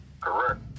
correct